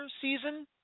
season